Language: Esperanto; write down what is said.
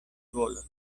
volos